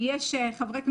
גם בתוך חברי הכנסת,